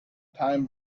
time